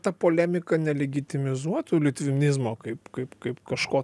ta polemika nelegitimizuotų litvinizmo kaip kaip kaip kažko